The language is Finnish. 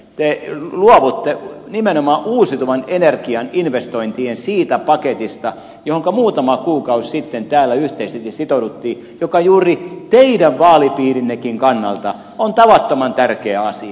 te luovutte nimenomaan siitä uusiutuvan energian investointien paketista johonka muutama kuukausi sitten täällä yhteisesti sitouduimme ja joka juuri teidän vaalipiirinnekin kannalta on tavattoman tärkeä asia